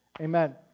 amen